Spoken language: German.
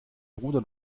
bruder